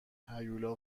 هیولا